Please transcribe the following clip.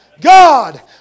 God